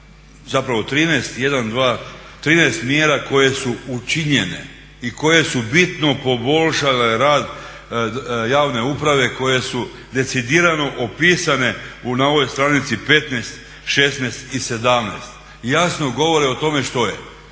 zapravo 13 mjera koje su učinjene i koje su bitno poboljšale rad javne uprave, koje su decidirano opisane na ovoj stranici 15, 16 i 17. i jasno govore o tome što je.